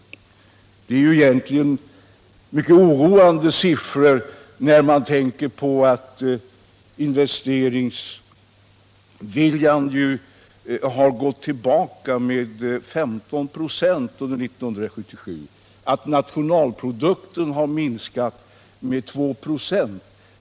Siffrorna är ju mycket oroande, om man tänker på att investeringarna inom industrin har gått ned med 15 96 under 1977 och nationalprodukten har minskat med 2 96.